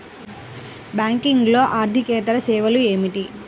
బ్యాంకింగ్లో అర్దికేతర సేవలు ఏమిటీ?